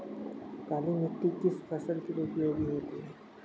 काली मिट्टी किस फसल के लिए उपयोगी होती है?